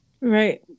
Right